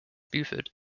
buford